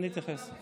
אני אתייחס.